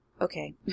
Okay